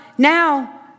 Now